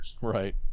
right